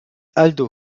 aldo